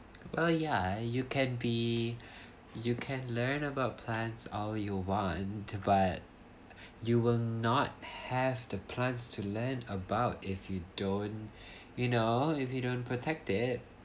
well ya you can be you can learn about plants all you want but you will not have the plants to learn about if you don't you know if you don't protect it